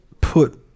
put